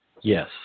Yes